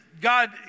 God